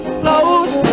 close